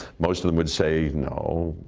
most of them would say no.